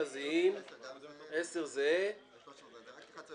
ההצעה לא נתקבלה ותהפוך להסתייגות.